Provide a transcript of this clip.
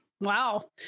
Wow